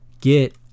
get